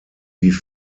wie